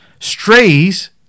Strays